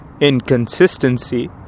inconsistency